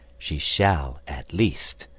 she shall, at least,